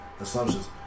assumptions